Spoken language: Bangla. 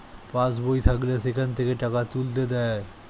পাস্ বই থাকলে সেখান থেকে টাকা তুলতে দেয়